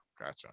gotcha